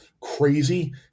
crazy